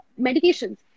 medications